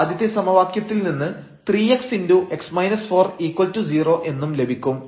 ആദ്യത്തെ സമവാക്യത്തിൽ നിന്ന് 3x0 എന്നും ലഭിക്കും